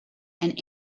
and